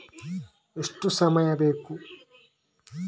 ಎಷ್ಟು ಸಮಯ ಬೇಕು?